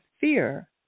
fear